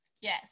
Yes